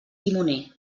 timoner